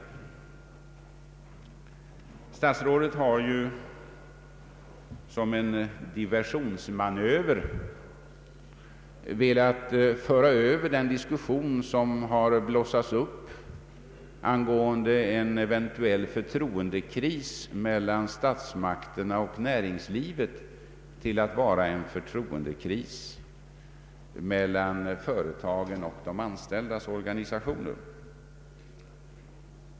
Statsrådet har ju som en diversionsmanöver velat föra över den diskussion som har blossat upp angående en eventuell förtroendekris mellan statsmakterna och näringslivet till att vara en förtroendekris mellan företagen och de anställdas organisationer.